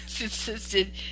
insisted